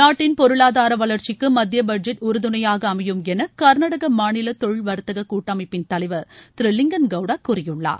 நாட்டின் பொருளாதாரவளர்ச்சிக்குமத்தியபட்ஜெட் உறுதுணையாக அமையும் எனகர்நாடகமாநிலதொழில் வர்த்தககூட்டமைப்பின் தலைவர் திருலிங்கன் கவுடாகூறியுள்ளார்